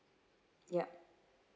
yup